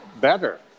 Better